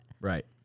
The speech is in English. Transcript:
Right